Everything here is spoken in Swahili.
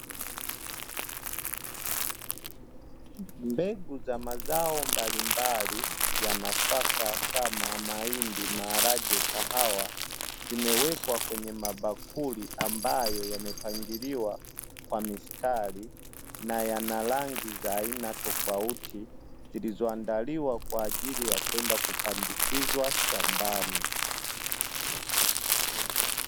Mbegu za mazao mbalimbali ya nafaka kama mahindi, maharage, kahawa zimewekwa kwenye mabakuli, ambayo yamepangiliwa kwa mistari na yana rangi za aina tofauti zilizoandaliwa kwenda kwaajili us kupandikizwa shambani.